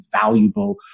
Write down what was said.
valuable